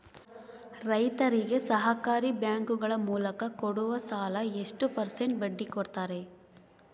ರೈತರಿಗೆ ಸಹಕಾರಿ ಬ್ಯಾಂಕುಗಳ ಮೂಲಕ ಕೊಡುವ ಸಾಲ ಎಷ್ಟು ಪರ್ಸೆಂಟ್ ಬಡ್ಡಿ ಕೊಡುತ್ತಾರೆ?